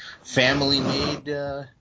family-made